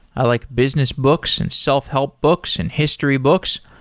i like business books, and self-help books, and history books,